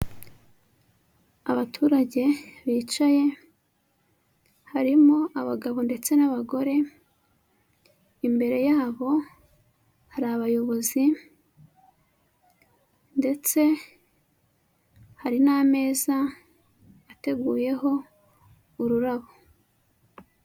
Abaturage bicaye harimo, abagabo ndetse n'abagore, imbere yabo hari abayobozi ndetse hari n'ameza ateguyeho ururabo.